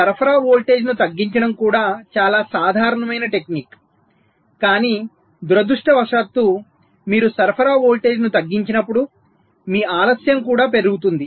సరఫరా వోల్టేజ్ను తగ్గించడం కూడా చాలా సాధారణమైన టెక్నిక్ కానీ దురదృష్టవశాత్తు మీరు సరఫరా వోల్టేజ్ను తగ్గించినప్పుడు మీ ఆలస్యం కూడా పెరుగుతుంది